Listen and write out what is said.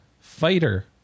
fighter